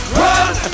run